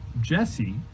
Jesse